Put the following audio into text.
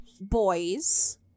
boys